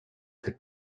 that